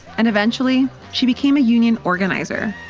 and eventually, she became a union organizer.